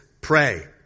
pray